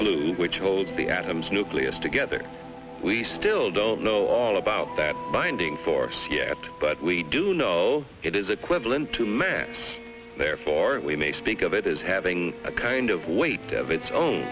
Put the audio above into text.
glue which holds the atoms nucleus together we still don't know all about that binding force yet but we do know it is equivalent to man therefore we may speak of it as having a kind of weight of its